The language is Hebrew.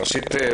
ראשית,